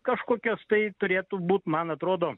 kažkokios tai turėtų būt man atrodo